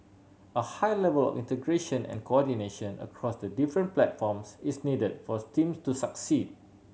a high level of integration and coordination across the different platforms is needed for teams to succeed